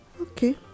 Okay